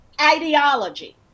ideology